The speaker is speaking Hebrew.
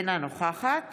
אינה נוכחת